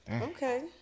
Okay